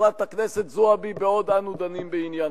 לחברת הכנסת זועבי בעוד אנו דנים בעניינה.